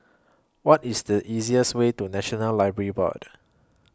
What IS The easiest Way to National Library Board